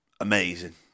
amazing